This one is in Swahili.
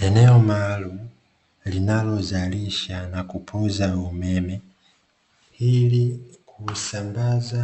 Eneo maalumu linalozalisha na kupoza umeme kwaajili ya matumizi